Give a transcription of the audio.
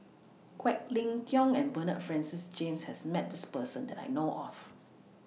Quek Ling Kiong and Bernard Francis James has Met This Person that I know of